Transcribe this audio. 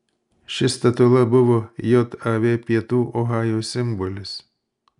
ši statula buvo jav pietų ohajo simbolis